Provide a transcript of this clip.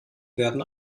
werden